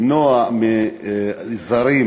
למנוע מזרים